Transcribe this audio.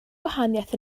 gwahaniaeth